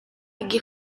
იგი